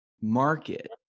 market